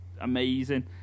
amazing